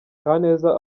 kaneza